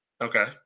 okay